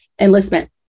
enlistment